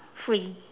free